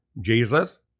Jesus